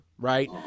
Right